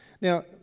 Now